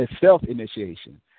self-initiation